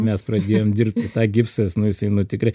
mes pradėjom dirbti tai gipsas nu jisai nu tikrai